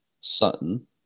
Sutton